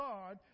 God